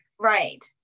right